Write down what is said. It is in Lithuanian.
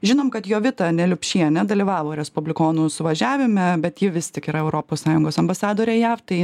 žinom kad jovita neliupšienė dalyvavo respublikonų suvažiavime bet ji vis tik yra europos sąjungos ambasadorė jav tai